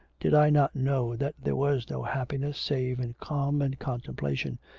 did i not know that there was no happiness save in calm and contemplation,